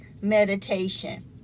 meditation